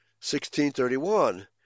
16.31